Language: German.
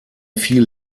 viel